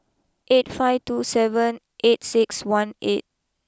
eight five two seven eight six one eight